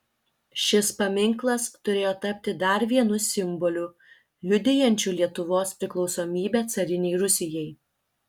šis paminklas turėjo tapti dar vienu simboliu liudijančiu lietuvos priklausomybę carinei rusijai